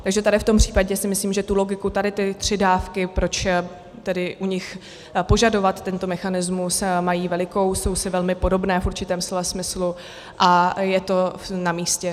Takže tady v tom případě si myslím, že tu logiku tady ty tři dávky, proč u nich požadovat tento mechanismus, mají velikou, jsou si velmi podobné v určitém slova smyslu a je to namístě.